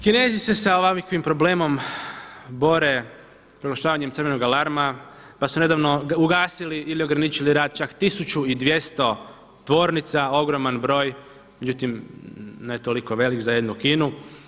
Kinezi se sa ovakvim problemom bore proglašavanjem crvenoga alarma pa su nedavno ugasili ili ograničili rad čak 1200 tvornica, ogroman broj, međutim ne toliko velik za jednu Kinu.